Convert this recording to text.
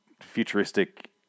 futuristic